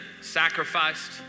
sacrificed